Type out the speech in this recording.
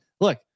look